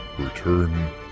Return